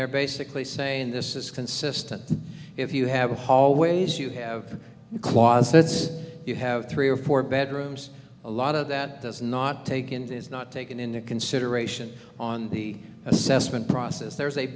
they're basically saying this is consistent if you have a hallways you have a clause that says you have three or four bedrooms a lot of that does not take into is not taken into consideration on the assessment process there's a